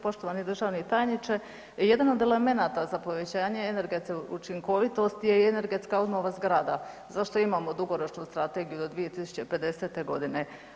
Poštovani državni tajniče jedan od elemenata za povećanje energetske učinkovitosti je i energetska obnova zgrada za što imamo dugoročnu strategiju do 2050. godine.